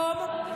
מה התאריך היום?